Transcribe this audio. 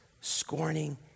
scorning